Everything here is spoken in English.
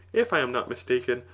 if i am not mistaken,